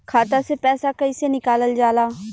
खाता से पैसा कइसे निकालल जाला?